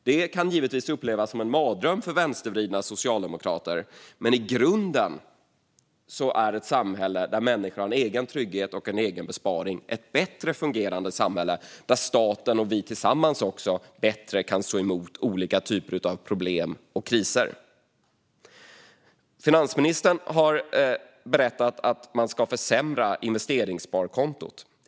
Det kan givetvis upplevas som en mardröm för vänstervridna socialdemokrater, men i grunden är ett samhälle där människan har en egen trygghet och besparing ett bättre fungerande samhälle där staten och vi tillsammans bättre kan stå emot olika typer av problem och kriser. Finansministern har berättat att man ska försämra investeringssparkontot.